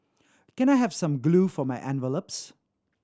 can I have some glue for my envelopes